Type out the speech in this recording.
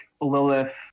Lilith